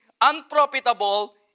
unprofitable